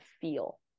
feel